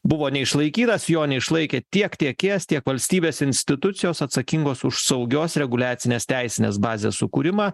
buvo neišlaikytas jo neišlaikė tiek tiekėjas tiek valstybės institucijos atsakingos už saugios reguliacinės teisinės bazės sukūrimą